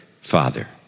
father